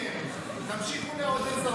תמשיכו לעודד סרבנים,